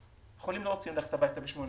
החולים לא רוצים ללכת הביתה ב-20:00.